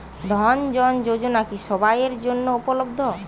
জন ধন যোজনা কি সবায়ের জন্য উপলব্ধ?